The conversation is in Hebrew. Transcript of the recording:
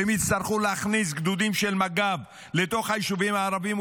ואם הם יצטרכו להכניס גדודים של מג"ב לתוך היישובים הערביים,